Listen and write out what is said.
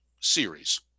series